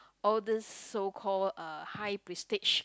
all these so called uh high prestige